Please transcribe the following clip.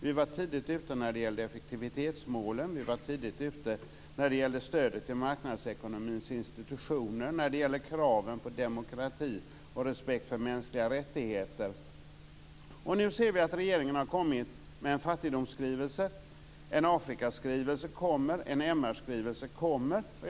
Vi var tidigt ute när det gäller effektivitetsmålen, stödet till marknadsekonomins institutioner, kraven på demokrati och respekt för mänskliga rättigheter. Nu ser vi att regeringen har kommit med en fattigdomskrivelse, en Afrikaskrivelse och en MR-skrivelse kommer.